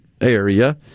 area